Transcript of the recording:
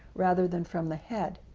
rather than from the head.